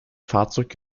fahrzeug